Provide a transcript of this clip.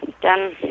done